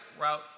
route